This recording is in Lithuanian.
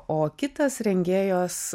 o kitas rengėjos